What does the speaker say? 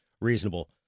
reasonable